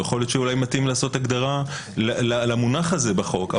יכול להיות שאולי מתאים לעשות הגדרה למונח הזה בחוק,